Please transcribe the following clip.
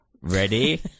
Ready